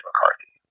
McCarthy